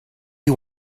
you